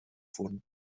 wurden